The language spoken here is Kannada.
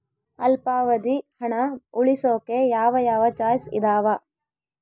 ಅಲ್ಪಾವಧಿ ಹಣ ಉಳಿಸೋಕೆ ಯಾವ ಯಾವ ಚಾಯ್ಸ್ ಇದಾವ?